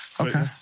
Okay